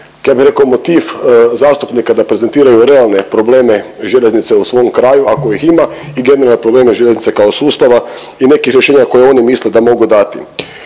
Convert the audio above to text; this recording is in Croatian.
ja bi rekao motiv zastupnika da prezentiraju realne probleme željeznice u svom kraju ako ih ima i generalno probleme željeznice kao sustava i nekih rješenja koje oni misle da mogu dati,